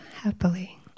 happily